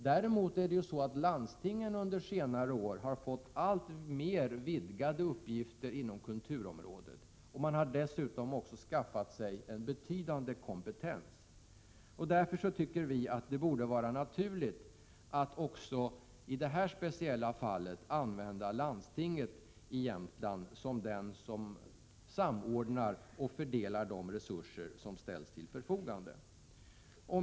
Däremot har landstingen under senare år fått alltmer vidgade uppgifter inom kulturområdet och har dessutom skaffat sig en betydande kompetens. Därför tycker vi i centerpartiet att det borde vara naturligt att det också i detta speciella fall är landstinget i Jämtlands län som samordnar och fördelar de resurser som ställs till förfogande.